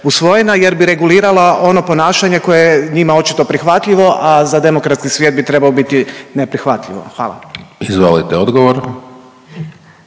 jer bi regulirala ono ponašanje koje je njima očito prihvatljivo, a za demokratski svijet bi trebao biti neprihvatljivo. Hvala. **Hajdaš